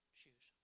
shoes